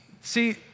See